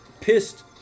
Pissed